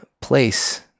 place